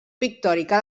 pictòrica